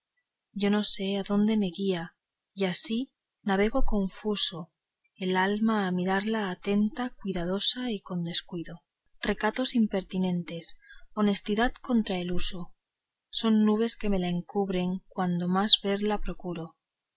yo no sé adónde me guía y así navego confuso el alma a mirarla atenta cuidadosa y con descuido recatos impertinentes honestidad contra el uso son nubes que me la encubren cuando más verla procuro